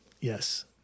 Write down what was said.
Yes